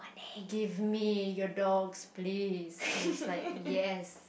give me your dogs please and it's like yes